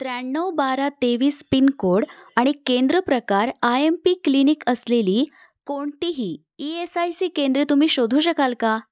त्र्याण्णव बारा तेवीस पिनकोड आणि केंद्र प्रकार आय एम पी क्लिनिक असलेली कोणतीही ई एस आय सी केंद्रे तुम्ही शोधू शकाल का